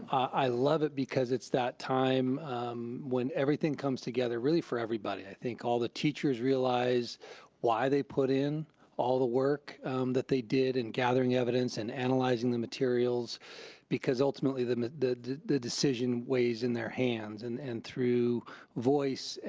i love it because it's that time when everything comes together really for everybody, i think. all the teachers realize why they put in all the work that they did in gathering evidence and analyzing the materials because ultimately, the the decision weighs in their hands and and through voice,